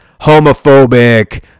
homophobic